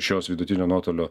šios vidutinio nuotolio